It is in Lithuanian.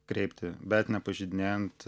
kreipti bet nepažeidinėjant